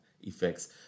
effects